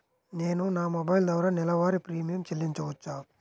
నేను నా మొబైల్ ద్వారా నెలవారీ ప్రీమియం చెల్లించవచ్చా?